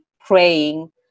praying